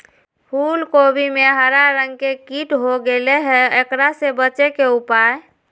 फूल कोबी में हरा रंग के कीट हो गेलै हैं, एकरा से बचे के उपाय?